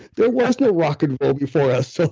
there was no rock and roll before us.